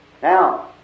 Now